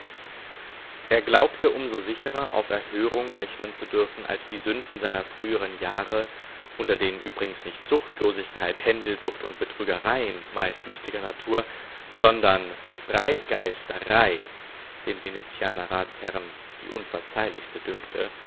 er glaubte um so sicherer auf erhörung rechnen zu dürfen als die sünden seiner früheren jahre unter denen übrigens nicht zuchtlosigkeit händelsucht und betrügereien meist lustiger natur sondern freigeisterei den venezianer ratsherren die unverzeihlichste dünkte